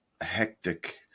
hectic